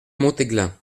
montéglin